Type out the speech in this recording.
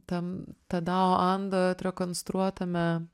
tam tadao ando atrekonstruotame